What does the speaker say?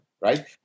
right